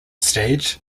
stage